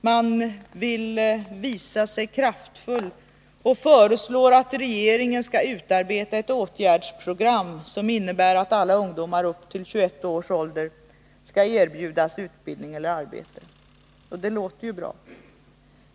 Man vill visa sig kraftfull och föreslår att regeringen skall utarbeta ett åtgärdsprogram som innebär att alla ungdomar upp till 21 års ålder skall erbjudas utbildning eller arbete. Det låter ju bra.